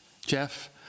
Jeff